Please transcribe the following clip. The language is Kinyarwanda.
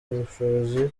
ubushobozi